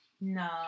no